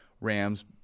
Rams